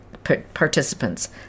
participants